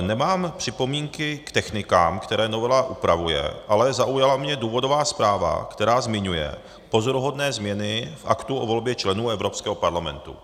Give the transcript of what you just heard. Nemám připomínky k technikám, které novela upravuje, ale zaujala mě důvodová zpráva, která zmiňuje pozoruhodné změny v aktu o volbě členů Evropského parlamentu.